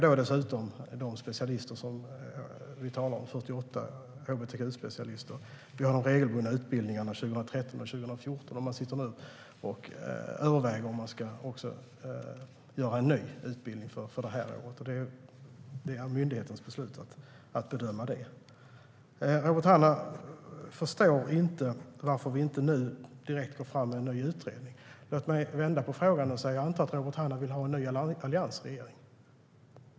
Dessutom har vi de 48 hbtq-specialister som gått de regelbundna utbildningarna 2013 och 2014. Man överväger nu om man ska göra en ny utbildning, men det är myndigheten som ska besluta och bedöma det. Robert Hannah förstår inte varför vi inte direkt går fram med en ny utredning. Låt mig vända på frågan. Jag antar att Robert Hannah vill ha en ny alliansregering.